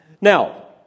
Now